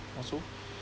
or so